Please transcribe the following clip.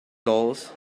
dollars